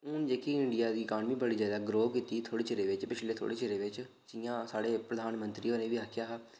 हून जेह्की इंडिया दी इकानमी ऐ बड़ी जैदा ग्रो कीती ऐ थोह्डे़ चिरै च पिछले थोह्डे चिरे च जि'यां साढे़ प्रधानमंत्री होरें बी आखेआ हा